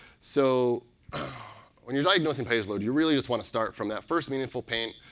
so when you're diagnosing page load, you really just want to start from that first meaningful paint